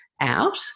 out